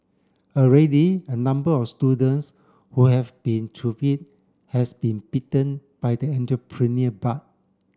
already a number of students who have been it has been bitten by the entrepreneurial bug